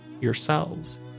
yourselves